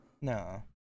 No